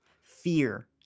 Fear